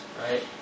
right